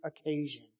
occasion